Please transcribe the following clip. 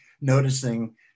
noticing